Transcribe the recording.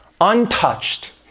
untouched